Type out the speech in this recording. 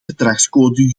gedragscode